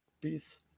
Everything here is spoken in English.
peace